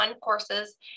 courses